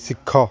ଶିଖ